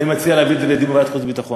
אני מציע להביא את זה לדיון בוועדת חוץ וביטחון.